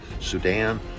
Sudan